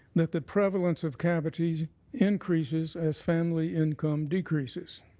that the prevalence of cavities increases as family income decreases.